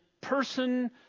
person